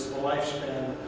lifespan